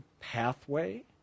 pathway